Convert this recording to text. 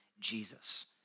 Jesus